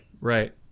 right